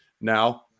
Now